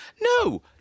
No